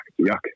yuck